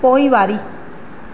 पोइवारी